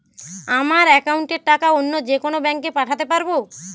আমার একাউন্টের টাকা অন্য যেকোনো ব্যাঙ্কে পাঠাতে পারব?